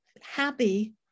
happy